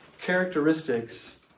characteristics